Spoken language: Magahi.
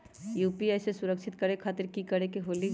यू.पी.आई सुरक्षित करे खातिर कि करे के होलि?